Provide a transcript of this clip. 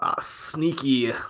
sneaky